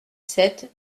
sept